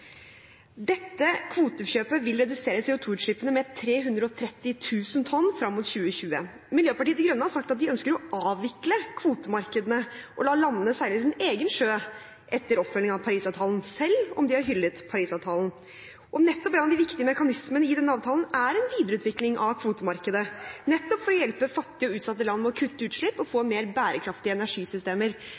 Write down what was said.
Dette kvotekjøpet vil redusere CO2-utslippene med 330 000 tonn fram mot 2020. Miljøpartiet De Grønne har sagt at de ønsker å avvikle kvotemarkedene og la landene seile sin egen sjø etter oppfølgingen av Paris-avtalen, selv om de har hyllet Paris-avtalen. En av de viktige mekanismene i denne avtalen er en videreutvikling av kvotemarkedet, nettopp for å hjelpe fattige og utsatte land med å kutte utslipp og få mer bærekraftige energisystemer.